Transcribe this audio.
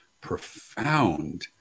profound